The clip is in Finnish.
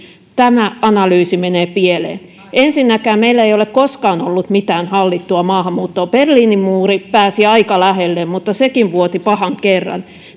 tämä analyysi menee pieleen ensinnäkään meillä ei ole koskaan ollut mitään hallittua maahanmuuttoa berliinin muuri pääsi aika lähelle mutta sekin vuoti pahan kerran